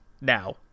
now